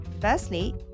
Firstly